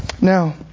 Now